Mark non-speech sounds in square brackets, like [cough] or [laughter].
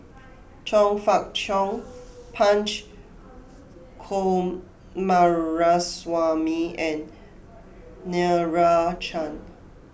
[noise] Chong Fah Cheong Punch Coomaraswamy and Meira Chand